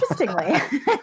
interestingly